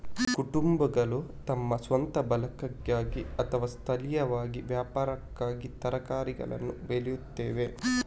ಕುಟುಂಬಗಳು ತಮ್ಮ ಸ್ವಂತ ಬಳಕೆಗಾಗಿ ಅಥವಾ ಸ್ಥಳೀಯವಾಗಿ ವ್ಯಾಪಾರಕ್ಕಾಗಿ ತರಕಾರಿಗಳನ್ನು ಬೆಳೆಯುತ್ತವೆ